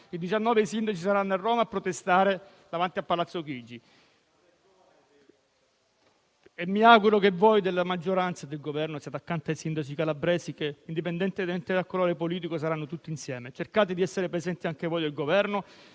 i sindaci che a Roma protesteranno davanti a Palazzo Chigi. Mi auguro che voi della maggioranza e del Governo siate accanto ai sindaci calabresi che, indipendentemente dal colore politico, saranno tutti insieme. Cercate di essere presenti anche voi del Governo.